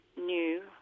new